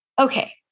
Okay